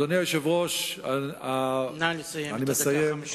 נא לסיים, אתה בדקה החמישית.